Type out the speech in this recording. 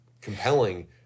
compelling